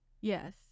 Yes